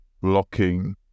blocking